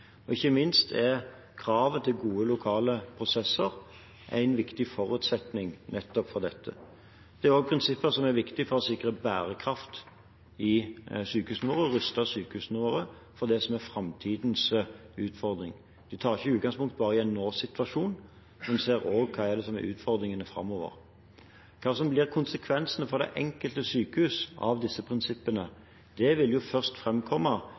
dette. Dette er også prinsipper som er viktige for å sikre bærekraft i sykehusene våre, for å ruste opp sykehusene våre for det som er framtidens utfordring. En tar ikke utgangspunkt bare i en nåsituasjon, en ser også på hva som er utfordringene framover. Hva som blir konsekvensene av disse prinsippene for det enkelte sykehus,